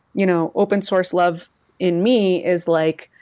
you know, open source love in me is like,